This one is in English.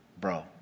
bro